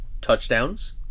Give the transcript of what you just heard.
touchdowns